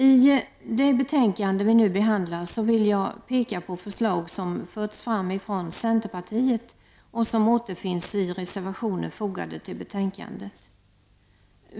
I det betänkande vi nu behandlar vill jag peka på förslag som förts fram från centerpartiet och som återfinns i reservationer fogade till betänkandet.